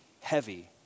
heavy